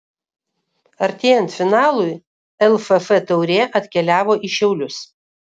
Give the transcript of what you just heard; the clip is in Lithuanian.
artėjant finalui lff taurė atkeliavo į šiaulius